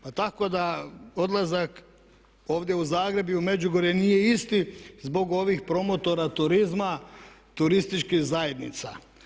Pa tako da odlazak ovdje u Zagreb i u Međugorje nije isti zbog ovih promotora turizma turističkih zajednica.